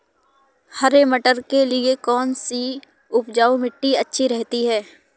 हरे मटर के लिए कौन सी उपजाऊ मिट्टी अच्छी रहती है?